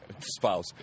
spouse